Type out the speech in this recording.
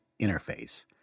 interface